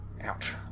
Ouch